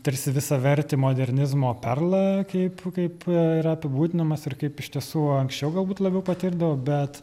tarsi visavertį modernizmo perlą kaip kaip yra apibūdinamas ir kaip iš tiesų anksčiau galbūt labiau patirdavau bet